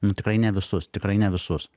nu tikrai ne visus tikrai ne visus